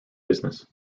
business